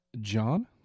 John